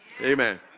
Amen